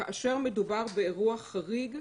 כאשר מדובר באירוע חריג,